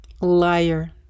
liar